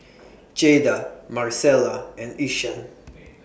Jaeda Maricela and Ishaan